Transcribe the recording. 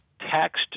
taxed